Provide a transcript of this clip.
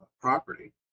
property